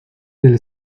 del